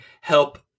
help